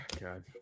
god